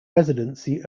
residency